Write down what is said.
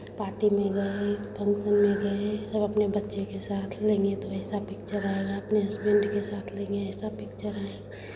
party में गए function में गए सब अपने बच्चे के साथ लेंगे तो ऐसा पिक्चर आएगा अपने हसबेन्ड के साथ लेंगे ऐसा पिक्चर आए